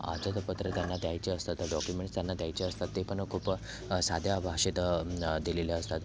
पत्र त्यांना द्यायचे असतात डॉक्युमेंट्स त्यांना द्यायचे असतात ते पण खूप साध्या भाषेत दिलेले असतात